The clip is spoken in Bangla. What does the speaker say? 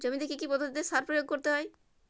জমিতে কী কী পদ্ধতিতে সার প্রয়োগ করতে হয়?